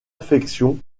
affection